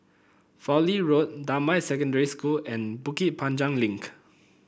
Fowlie Road Damai Secondary School and Bukit Panjang Link